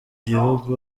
gihugu